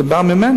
זה בא ממני.